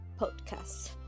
podcast